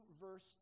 verse